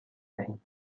دهیم